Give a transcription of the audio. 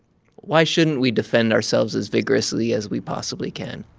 why shouldn't we defend ourselves as vigorously as we possibly can?